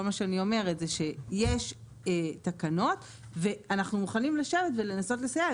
כל מה שאני אומרת שיש תקנות ואנחנו מוכנים לשבת ולנסות לסייע,